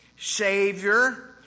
Savior